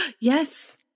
Yes